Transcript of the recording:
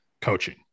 coaching